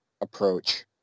approach